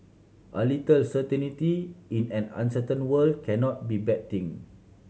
a little certainty in an uncertain world cannot be bad thing